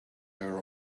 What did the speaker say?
her